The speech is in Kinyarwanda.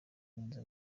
neza